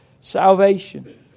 salvation